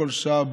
בכל שעה,